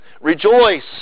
Rejoice